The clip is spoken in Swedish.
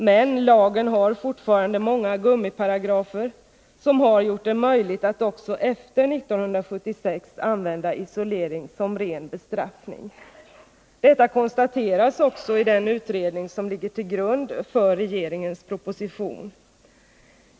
Men lagen har fortfarande många gummiparagrafer, som har gjort det möjligt att också efter 1976 använda isolering som ren bestraffning. Detta konstateras också i den utredning, som ligger till grund för regeringens proposition.